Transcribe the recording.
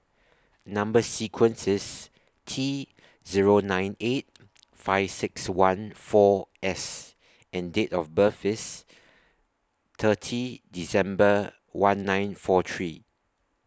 Number sequence IS T Zero nine eight five six one four S and Date of birth IS thirty December one nine four three